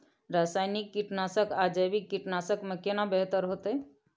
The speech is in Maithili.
रसायनिक कीटनासक आ जैविक कीटनासक में केना बेहतर होतै?